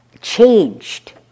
changed